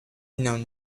known